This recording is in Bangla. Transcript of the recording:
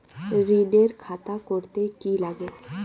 ঋণের খাতা করতে কি লাগে?